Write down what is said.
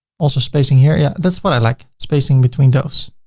also spacing here. yeah. that's what i like, spacing between those.